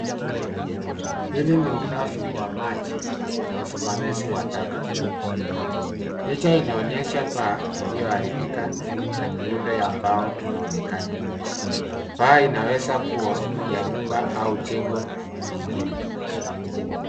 Hili ni ugafi wa maji na usimamizi wa taka. Picha inaonyesha paa iliyoharibika na miundo ya mbao inaonekana. Paa inaweza kuwa ya nyumba au jengo lingine.